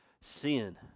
sin